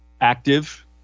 active